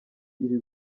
iri